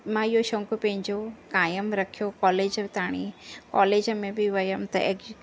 मां इहो शौक़ु पंहिंजो क़ाइमु रखियो कॉलेज ताईं कॉलेज में बि वियमि त ए